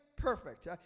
perfect